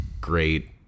great